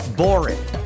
boring